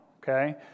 Okay